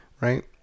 Right